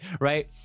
right